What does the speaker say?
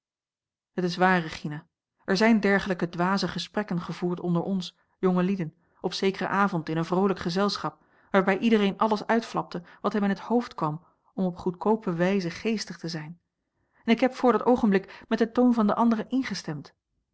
het is waar regina er zijn dergelijke dwaze gesprekken gevoerd onder ons jongelieden op zekeren avond in een vroolijk gezelschap waarbij iedereen alles uitflapte wat hem in het hoofd kwam om op goedkoope wijze geestig te zijn en ik heb voor dat oogenblik met den toon van de anderen ingestemd